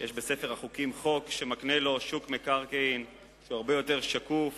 יש בספר החוקים חוק שמקנה לו שוק מקרקעין שהוא הרבה יותר שקוף,